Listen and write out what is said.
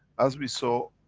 as we saw,